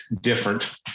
different